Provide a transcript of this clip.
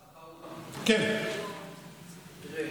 תראה,